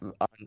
on